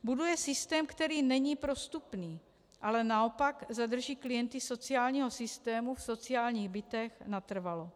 Buduje systém, který není prostupný, ale naopak zadrží klienty sociálního systému v sociálních bytech natrvalo.